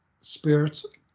spirits